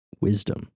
wisdom